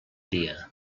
dia